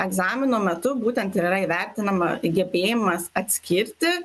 egzamino metu būtent ir yra įvertinama į gebėjimas atskirti